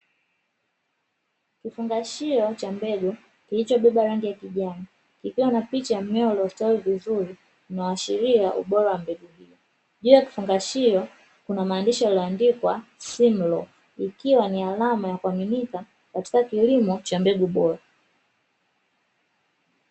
Kifungashio cha mbegu, kilicho beba rangi ya kijani, kikwa na picha ya mmea uliostawi vizuri, unaoashiria ubora wa mbegu hiyo, juu ya kifungashio kuna maandishi yaliyo andikwa simuro, ikiwa ni alama ya kuaminika katika mbegu ya kilimo bora.